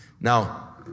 Now